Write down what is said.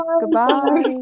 Goodbye